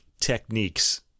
techniques